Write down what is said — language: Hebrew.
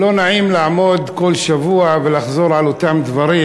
לא נעים לעמוד כל שבוע ולחזור על אותם דברים,